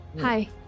Hi